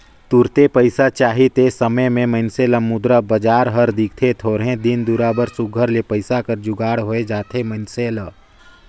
तुरते पइसा चाही ते समे में मइनसे ल मुद्रा बजार हर दिखथे थोरहें दिन दुरा बर सुग्घर ले पइसा कर जुगाड़ होए जाथे मइनसे ल